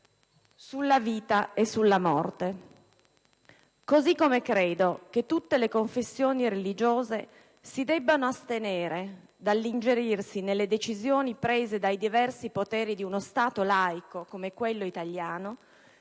sulla vita e sulla morte. Analogamente credo che tutto le confessioni religiose si debbano astenere dall'ingerirsi nelle decisioni prese dai diversi poteri di uno Stato laico, come quello italiano,